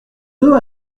deux